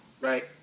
right